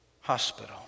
hospital